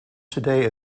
today